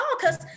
Cause